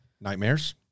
nightmares